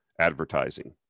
advertising